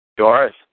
Doris